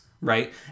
right